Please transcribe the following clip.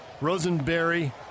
Rosenberry